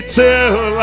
till